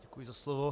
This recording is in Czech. Děkuji za slovo.